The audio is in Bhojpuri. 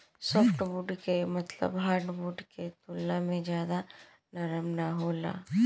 सॉफ्टवुड के मतलब हार्डवुड के तुलना में ज्यादा नरम ना होला